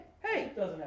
hey